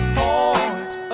point